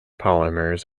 polymers